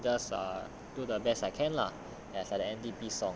just err do the best I can lah ya for the N_D_P song